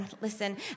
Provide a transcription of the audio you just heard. Listen